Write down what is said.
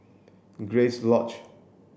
Grace Lodge